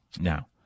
Now